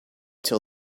till